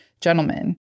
gentlemen